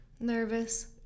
nervous